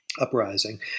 Uprising